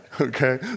okay